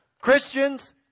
Christians